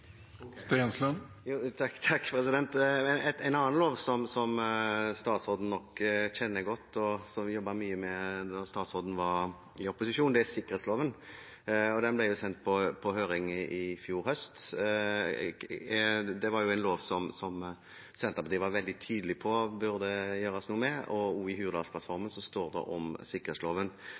En annen lov statsråden nok kjenner godt, og som vi jobbet mye med da statsråden var i opposisjon, er sikkerhetsloven. Den ble sendt på høring i fjor høst. Det var en lov Senterpartiet var veldig tydelig på at det burde gjøres noe med, og også i Hurdalsplattformen står det om sikkerhetsloven.